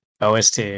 OST